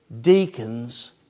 Deacons